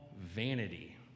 vanity